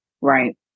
Right